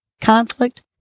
conflict